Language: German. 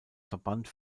verband